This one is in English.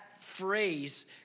phrase